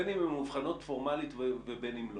בין אם הן מאובחנות פורמלית ובין אם לא.